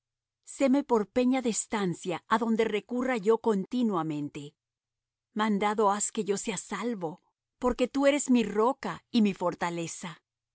séme por peña de estancia adonde recurra yo continuamente mandado has que yo sea salvo porque tú eres mi roca y mi fortaleza